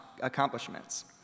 accomplishments